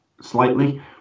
slightly